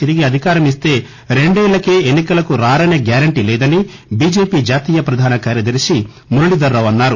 తిరిగి అధికారమిస్తే రెండేళ్లకే ఎన్ని కలకు రారనే గ్యారంటీ లేదని బిజెపి జాతీయ ప్రధాన కార్యదర్ని మురళీధర్ మావు అన్నారు